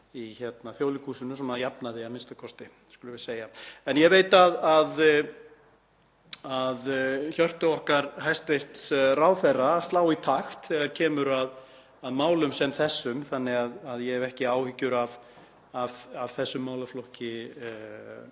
Þjóðleikhúsinu, svona að jafnaði a.m.k., skulum við segja. En ég veit að hjörtu okkar hæstv. ráðherra slá í takt þegar kemur að málum sem þessum þannig að ég hef ekki áhyggjur af þessum málaflokki